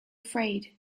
afraid